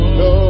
no